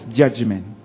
judgment